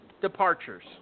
departures